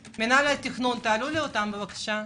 התכנון, בבקשה.